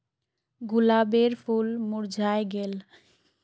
गुलाबेर फूल मुर्झाए गेल